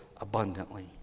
abundantly